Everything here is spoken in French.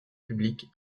publiques